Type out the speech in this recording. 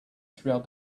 throughout